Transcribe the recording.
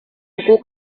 buku